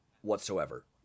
whatsoever